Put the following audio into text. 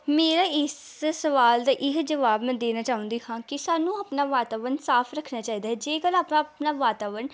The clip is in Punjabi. ਮੇਰਾ ਇਸ ਸਵਾਲ ਦਾ ਇਹ ਜਵਾਬ ਮੈਂ ਦੇਣਾ ਚਾਹੁੰਦੀ ਹਾਂ ਕਿ ਸਾਨੂੰ ਆਪਣਾ ਵਾਤਾਵਰਨ ਸਾਫ ਰੱਖਣਾ ਚਾਹੀਦਾ ਹੈ ਜੇਕਰ ਆਪਣਾ ਆਪਣਾ ਵਾਤਾਵਰਨ